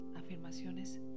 afirmaciones